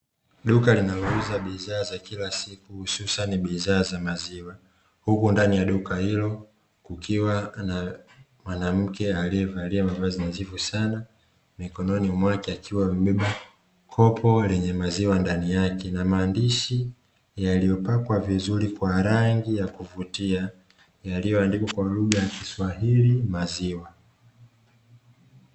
Duka linalouza bidhaa za kila siku hususan bidhaa za maziwa, huku ndani ya duka hilo kukiwa na mwanamke aliyevalia mavazi mazuri sana mikononi mwake, akiwa amebeba kopo lenye maziwa ndani yake na maandishi yaliyopakwa vizuri kwa rangi ya kuvutia yaliyoandikwa kwa lugha ya kiswahili maziwa.